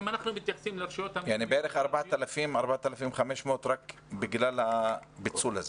בערך 4,000, 4,500, רק בגלל הפיצול הזה.